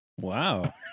Wow